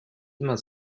immer